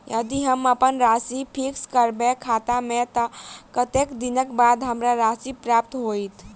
यदि हम अप्पन राशि फिक्स करबै खाता मे तऽ कत्तेक दिनक बाद हमरा राशि प्राप्त होइत?